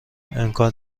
امکان